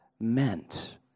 meant